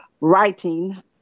writing